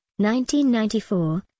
1994